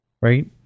Right